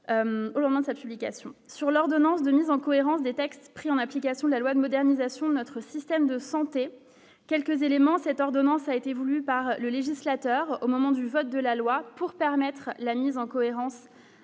au moment de sa publication sur l'ordonnance de mise en cohérence des textes pris en application de la loi de modernisation de notre système de santé quelques éléments, cette ordonnance a été voulue par le législateur au moment du vote de la loi pour permettre la mise en cohérence